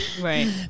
right